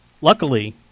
luckily